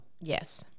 Yes